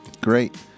Great